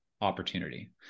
opportunity